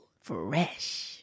Fresh